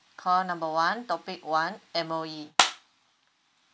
call number one topic one M_O_E